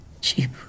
cheap